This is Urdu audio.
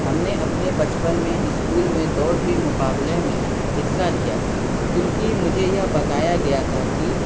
ہم نے اپنے بچپن میں اسکول میں دوڑ کے مقابلے میں حصہ لیا تھا کیوں کہ مجھے یہ بتایا گیا تھا کہ